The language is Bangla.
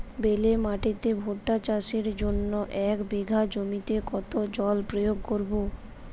বেলে মাটিতে ভুট্টা চাষের জন্য এক বিঘা জমিতে কতো জল প্রয়োগ করব?